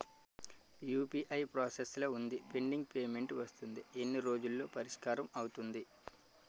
UPI process లో వుంది pending payment వస్తుంది ఎన్ని రోజుల్లో పరిష్కారం అవుతుంది